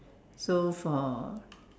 so for